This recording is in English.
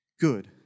good